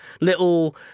little